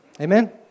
Amen